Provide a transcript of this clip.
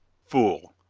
fool,